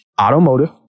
automotive